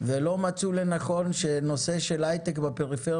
ולא מצאו לנכון לשלוח לפה